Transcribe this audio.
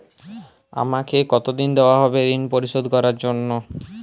আমাকে কতদিন দেওয়া হবে ৠণ পরিশোধ করার জন্য?